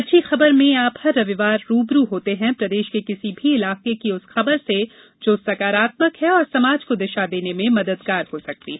अच्छी खबरमें आप हर रविवार रूबरू होते हैं प्रदेश के किसी भी इलाके की उस खबर से जो सकारात्मक है और समाज को दिशा देने में मददगार हो सकती है